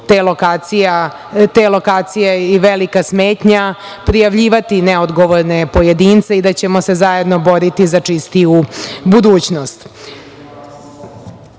te lokacije i velika smetnja, prijavljivati neodgovorne pojedince i da ćemo se zajedno boriti za čistiju